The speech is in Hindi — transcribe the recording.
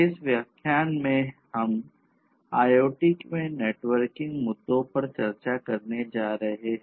इस व्याख्यान में हम IoT में नेटवर्किंग मुद्दों पर चर्चा करने जा रहे हैं